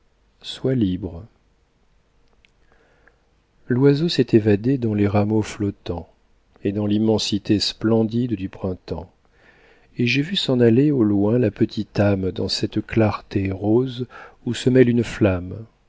sois libre l'oiseau s'est évadé dans les rameaux flottants et dans l'immensité splendide du printemps et j'ai vu s'en aller au loin la petite âme dans cette clarté rose où se mêle une flamme